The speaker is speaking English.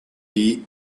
eat